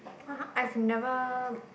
!huh! I've never